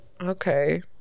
Okay